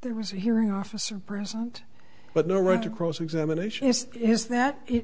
there was a hearing officer present but no right to cross examination is is that i